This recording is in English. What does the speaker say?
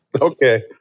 Okay